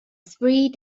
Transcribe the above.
three